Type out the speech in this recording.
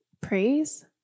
Praise